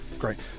great